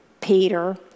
Peter